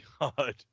God